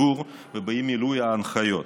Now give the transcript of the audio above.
והדבר גם מלווה בשאננות של הציבור ובאי-מילוי ההנחיות.